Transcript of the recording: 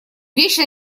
вечно